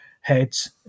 heads